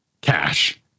cash